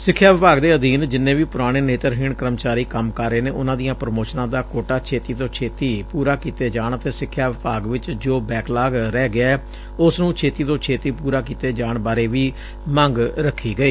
ਸਿੱਖਿਆ ਵਿਭਾਗ ਦੇ ਅਧੀਨ ਜਿੰਨੇ ਵੀ ਪੁਰਾਣੇ ਨੇਤਰਹੀਣ ਕਰਮਚਾਰੀ ਕੰਮ ਕਰ ਰਹੇ ਨੇ ਉਨਾਂ ਦੀਆਂ ਪੁਮੋਸ਼ਨਾਂ ਦਾ ਕੋਟਾ ਛੇਤੀ ਤੋ ਛੇਤੀ ਪੁਰਾ ਕੀਤੇ ਜਾਣ ਅਤੇ ਸਿੱਖਿਆ ਵਿਭਾਗ ਵਿਚ ਜੋ ਬੈਕਲਾਗ ਰਹਿ ਗਿਐ ਉਸ ਨੂੰ ਛੇਤੀ ਤੋ ਛੇਤੀ ਪੁਰਾ ਕੀਤੇ ਜਾਣ ਬਾਰੇ ਵੀ ਮੰਗ ਰੱਖੀ ਗਈ